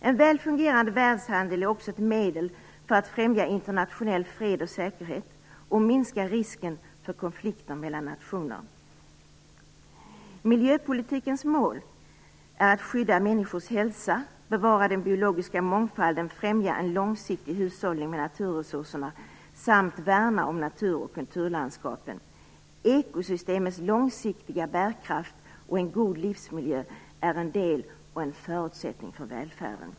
En väl fungerande världshandel är också ett medel för att främja internationell fred och säkerhet och minska risken för konflikter mellan nationer. Miljöpolitikens mål är att skydda människors hälsa, bevara den biologiska mångfalden, främja en långsiktig hushållning med naturresurserna samt värna om natur och kulturlandskapen. Ekosystemets långsiktiga bärkraft och en god livsmiljö är en del av och en förutsättning för välfärden."